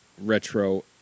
retro